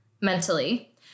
mentally